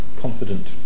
Confident